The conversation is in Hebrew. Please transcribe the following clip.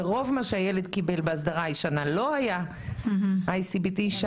ורוב מה שהילד קיבל בהסדרה הישנה לא היה high CBD,